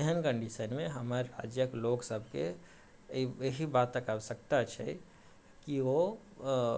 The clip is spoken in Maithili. एहन कन्डीशनमे हमर राज्यक लोक सभके अछि अहि बातक आवश्यकता छै कि ओ अऽ